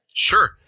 Sure